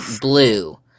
blue